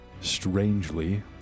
Strangely